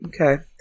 okay